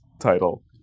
title